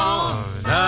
on